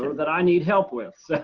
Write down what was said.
that i need help with